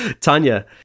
Tanya